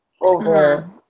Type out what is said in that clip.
over